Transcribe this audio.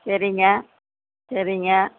சரிங்க சரிங்க